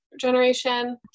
generation